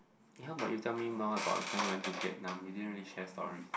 eh how about you tell me more about the time you went to Vietnam you didn't really share story